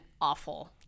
awful